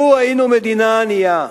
לו היינו מדינה ענייה,